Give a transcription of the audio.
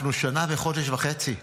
אנחנו שנה וחודש וחצי,